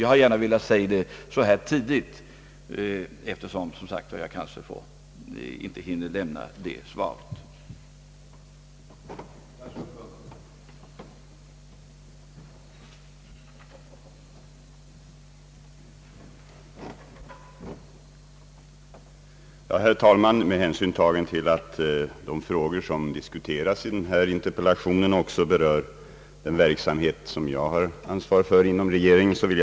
Jag ville gärna säga det så här tidigt, eftersom jag kanske inte hinner lämna något svar senare i dag.